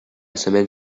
semaine